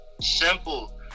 Simple